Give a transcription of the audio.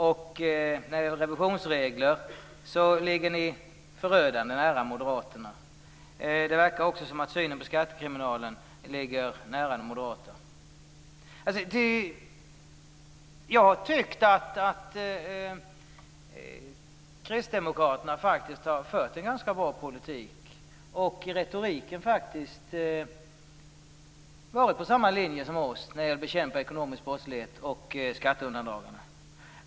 När det gäller revisionsregler ligger ni förödande nära moderaterna. Det verkar också som att er syn på skattekriminal ligger när moderaternas. Jag har tyckt att kristdemokraterna har fört en ganska bra politik. Retoriken har legat på samma linje som vår när det gäller att bekämpa ekonomisk brottslighet och skatteundandragande.